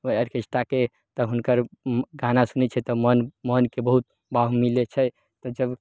ओहि आर्केस्टाके तऽ हुनकर गाना सुनै छियै तऽ मन मनके बहुत बाँहु मिलै छै फेर जब